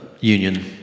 union